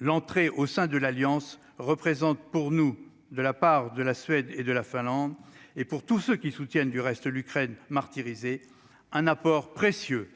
l'entrée au sein de l'Alliance, représente pour nous de la part de la Suède et de la Finlande et pour tous ceux qui soutiennent, du reste, l'Ukraine martyrisée un apport précieux